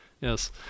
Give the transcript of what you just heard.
Yes